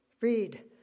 read